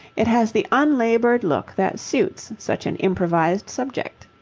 it has the unlaboured look that suits such an improvised subject.